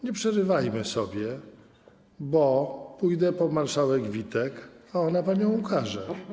Nie przerywajmy sobie, bo pójdę po marszałek Witek, a ona panią ukarze.